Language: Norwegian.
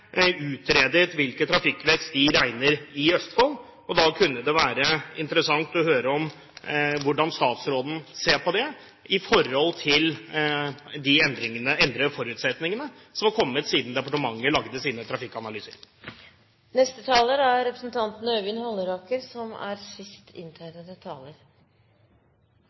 utredet hvilken trafikkvekst de regner med i Østfold. Da kunne det være interessant å høre hvordan statsråden ser på det i forhold til de endrede forutsetningene som har kommet siden departementet lagde sine